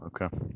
okay